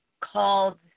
called